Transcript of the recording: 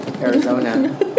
Arizona